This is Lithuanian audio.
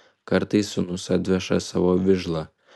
kartais sūnus atveža savo vižlą